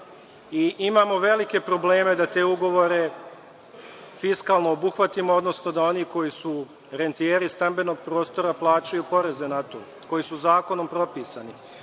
i imamo velike probleme da te ugovore fiskalno obuhvatimo, odnosno da oni koji su rentijeri stambenog prostora plaćaju poreze na to, koji su zakonom propisani. Ovde